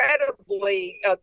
incredibly